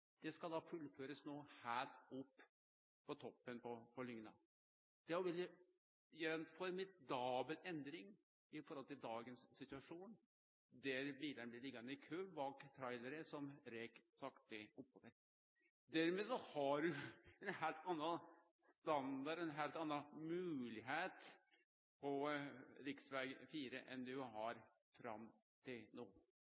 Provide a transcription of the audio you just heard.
Det skal no fullførast heilt opp på toppen på Lygna. Det vil òg gi ei formidabel endring i forhold til dagens situasjon, der bilane blir liggjande i kø bak trailerar som rek sakte oppover. Dermed har ein ein heilt annan standard, ein heilt annan moglegheit på rv. 4 enn